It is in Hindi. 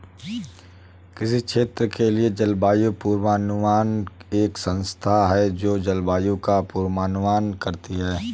किसी क्षेत्र के लिए जलवायु पूर्वानुमान एक संस्था है जो जलवायु का पूर्वानुमान करती है